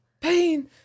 Pain